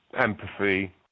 empathy